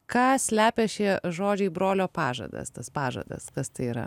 ką slepia šie žodžiai brolio pažadas tas pažadas kas tai yra